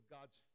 God's